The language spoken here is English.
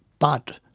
but,